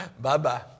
Bye-bye